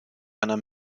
einer